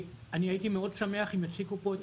אני הייתי מאוד שמח אם הם יציגו פה את